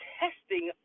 testing